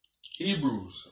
Hebrews